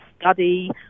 study